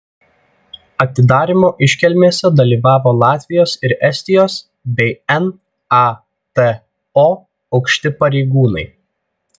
atidarymo iškilmėse dalyvavo latvijos ir estijos bei nato aukšti pareigūnai